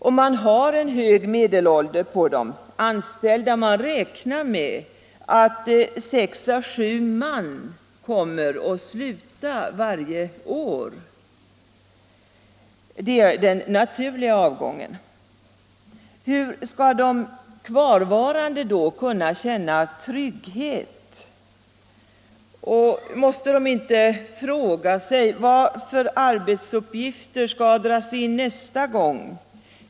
Och man har en hög medelålder på de anställda — man räknar med att sex å sju man kommer att sluta varje år. Det är den naturliga avgången. Hur skall de kvarvarande då kunna känna trygghet? Måste de inte fråga sig: ” Vilka arbetsuppgifter skall dras in nästa gång?